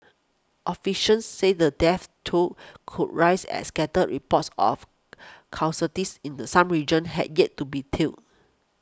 officials said the death toll could rise as scattered reports of casualties in the some regions had yet to be tallied